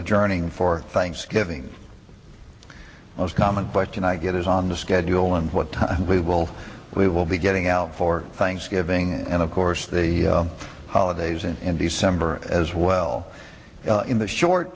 adjourning for thanksgiving most common question i get is on the schedule and what time we will we will be getting out for thanksgiving and of course the holidays in december as well in the short